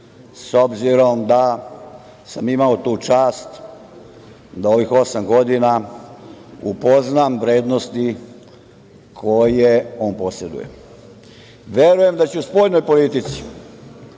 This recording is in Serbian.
s obzirom da sam imao tu čast da u ovih osam godina upoznam vrednosti koje on poseduje. Verujem da će u spoljnoj politici